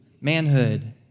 Manhood